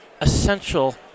essential